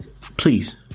Please